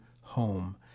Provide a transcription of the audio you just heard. home